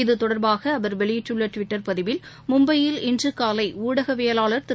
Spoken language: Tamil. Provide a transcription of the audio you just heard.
இதுதொடர்பாக அவர் வெளியிட்டுள்ள டுவிட்டர் பதிவில் மும்பையில் இன்று காலை ஊடகவியலாளர் திரு